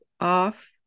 off